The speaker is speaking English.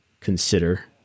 consider